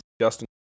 Justin